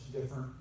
different